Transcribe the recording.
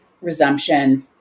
resumption